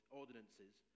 ordinances